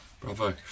bravo